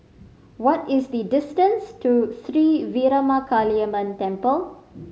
what is the distance to Sri Veeramakaliamman Temple